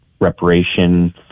reparation